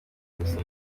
agenda